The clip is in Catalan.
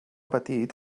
petit